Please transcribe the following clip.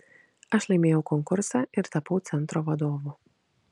aš laimėjau konkursą ir tapau centro vadovu